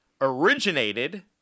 Originated